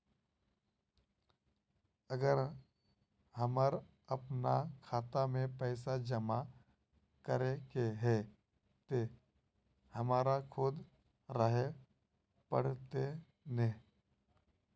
अगर हमर अपना खाता में पैसा जमा करे के है ते हमरा खुद रहे पड़ते ने?